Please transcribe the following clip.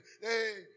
hey